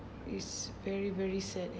it's very very sad ya